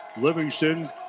Livingston